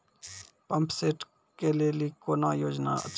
Pump set केलेली कोनो योजना छ?